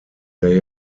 they